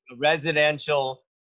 residential